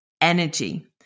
energy